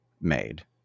made